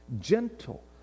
gentle